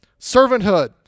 Servanthood